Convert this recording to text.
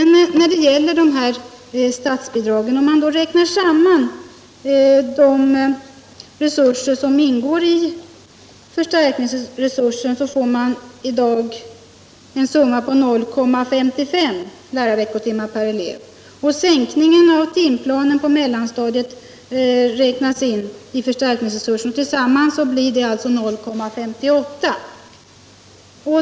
När det sedan gäller statsbidragen vill jag påpeka, att om man räknar samman de resurser som ingår i förstärkningsresursen får man i dag en summa på 0,55 läroveckotimmar per elev. Sänkningen av timantalet på mellanstadiet räknas in i förstärkningsresursen, och tillsammans blir det 0,58.